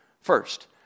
First